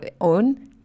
own